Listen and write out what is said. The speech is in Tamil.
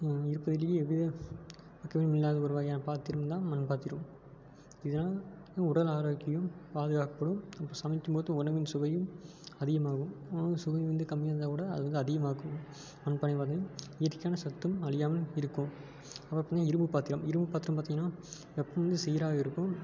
இருக்கிறதுலயே எது இல்லாத ஒரு வகையான பாத்திரம் தான் மண் பாத்திரம் இதனால் உடல் ஆரோக்கியம் பாதுகாக்கப்படும் இப்போ சமைக்கும் போது உணவின் சுவையும் அதிகமாகும் உணவின் சுவை வந்து கம்மியாக இருந்தால் கூட அது வந்து அதிகமாக்கும் மண் பானை வகை இயற்கையான சத்தும் அழியாமல் இருக்கும் அப்புறோம் பார்த்தீங்கனா இரும்பு பாத்திரம் இரும்பு பாத்திரம் பார்த்தீங்கனா வெப்பம் வந்து சீராகவே இருக்கும்